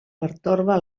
pertorba